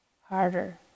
harder